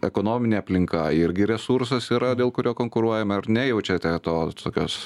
ekonominė aplinka irgi resursas yra dėl kurio konkuruojame ar ne jaučiate to tokios